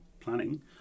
Planning